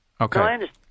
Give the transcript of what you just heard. Okay